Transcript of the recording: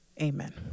Amen